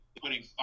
putting